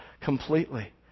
completely